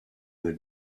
mill